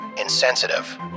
insensitive